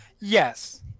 Yes